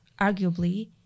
arguably